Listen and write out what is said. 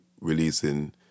releasing